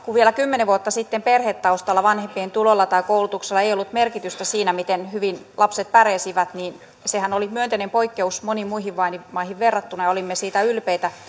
kun vielä kymmenen vuotta sitten perhetaustalla vanhempien tuloilla tai koulutuksella ei ei ollut merkitystä siinä miten hyvin lapset pärjäsivät niin sehän oli myönteinen poikkeus moniin muihin maihin verrattuna ja olimme siitä ylpeitä